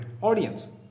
audience